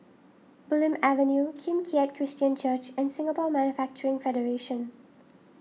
Bulim Avenue Kim Keat Christian Church and Singapore Manufacturing Federation